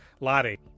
lottie